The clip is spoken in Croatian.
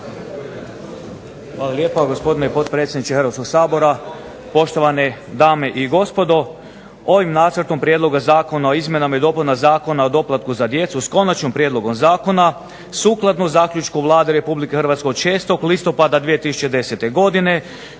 Hvala lijepa gospodine potpredsjedniče Hrvatskog sabora, poštovane dame i gospodo. Ovim Nacrtom prijedloga zakona o izmjenama i dopunama Zakona o doplatku za djecu s konačnim prijedlogom zakona sukladno zaključku Vlade Republike Hrvatske od 6. listopada 2010. godine